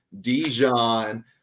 Dijon